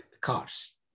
cars